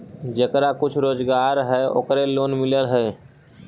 जेकरा कुछ रोजगार है ओकरे लोन मिल है?